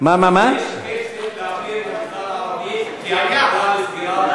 יש כסף לערבים, במגזר הערבי?